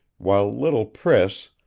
while little priss,